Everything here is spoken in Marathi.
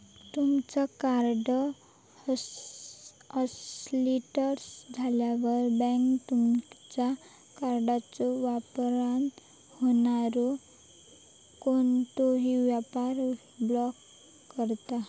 तुमचो कार्ड हॉटलिस्ट झाल्यावर, बँक तुमचा कार्डच्यो वापरान होणारो कोणतोही व्यवहार ब्लॉक करता